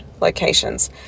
locations